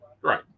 Right